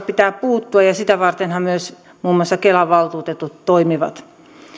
pitää puuttua ja sitä vartenhan myös muun muassa kelan valtuutetut toimivat